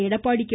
Edappadi K